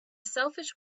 selfish